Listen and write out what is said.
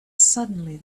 suddenly